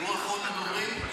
הוא אחרון הדוברים?